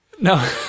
No